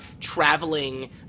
traveling